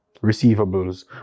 receivables